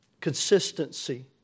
Consistency